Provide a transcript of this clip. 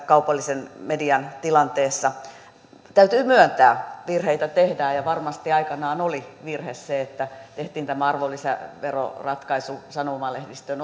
kaupallisen median tilanteessa täytyy myöntää että virheitä tehdään ja varmasti aikanaan oli virhe se että tehtiin tämä arvonlisäveroratkaisu sanomalehdistön